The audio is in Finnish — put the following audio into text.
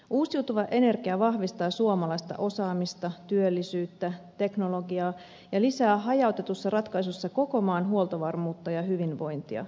uusiutuva energia vahvistaa suomalaista osaamista työllisyyttä teknologiaa ja lisää hajautetussa ratkaisussa koko maan huoltovarmuutta ja hyvinvointia